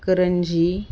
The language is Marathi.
करंजी